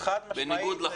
חד-משמעית.